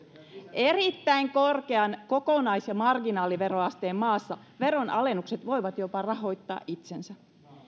erittäin korkean kokonais ja marginaaliveroasteen maassa veronalennukset voivat jopa rahoittaa itsensä